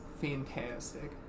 fantastic